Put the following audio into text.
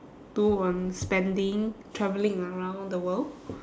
do on spending travelling around the world